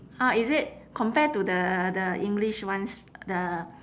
ah is it compare to the the english ones the